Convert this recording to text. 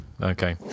Okay